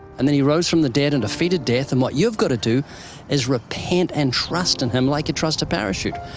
and then he rose from the dead and defeated death, and what you've got to do is repent and trust in him like you trust a parachute.